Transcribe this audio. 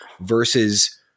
versus